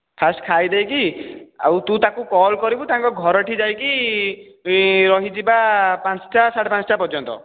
first ଖାଇଦେଇକି ଆଉ ତୁ ତାକୁ କଲ୍ କରିବୁ ତାଙ୍କ ଘରଠି ଯାଇକି ରହିଯିବା ପାଞ୍ଚଟା ସାଢ଼େ ପାଞ୍ଚଟା ପର୍ଯ୍ୟନ୍ତ